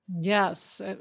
Yes